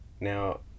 Now